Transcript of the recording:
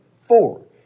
Four